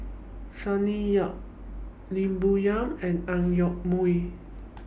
Sonny Yap Lim Bo Yam and Ang Yoke Mooi